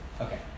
Okay